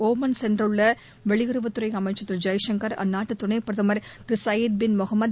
Oman சென்றுள்ள வெளியுறவுத்துறை அமைச்சர் திரு ஜெய்சங்கர் அந்நாட்டு துணைப் பிரதமர் திரு சயீத் பின் முகமது